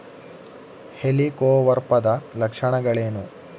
ಹೆಲಿಕೋವರ್ಪದ ಲಕ್ಷಣಗಳೇನು?